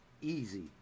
easy